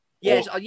Yes